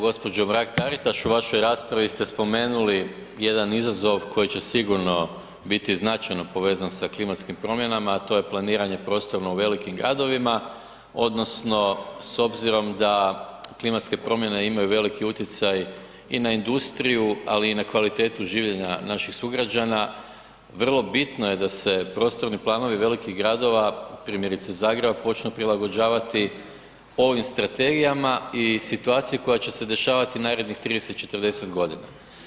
Gospođo Mrak Taritaš u vašoj raspravi ste spomenuli jedan izazova koji će sigurno biti značajno povezan sa klimatskim promjenama, a to je planiranje prostorno u velikim gradovima odnosno s obzirom da klimatske promjene imaju veliki utjecaj i na industriju, ali i na kvalitetu življenja naših sugrađana vrlo bitno je da se prostorni planovi velikih gradova primjerice Zagreba počnu prilagođavati ovim strategijama i situaciji koja će se dešavati narednih 30, 40 godina.